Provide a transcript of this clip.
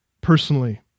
personally